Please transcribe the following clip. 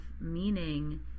meaning